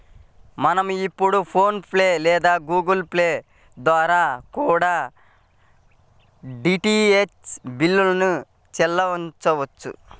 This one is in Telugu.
మనం ఇప్పుడు ఫోన్ పే లేదా గుగుల్ పే ల ద్వారా కూడా డీటీహెచ్ బిల్లుల్ని చెల్లించొచ్చు